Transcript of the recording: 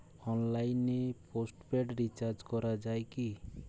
অনলাইনে postpaid recharge করা যায় কি?